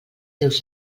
seus